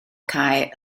cae